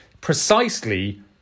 precisely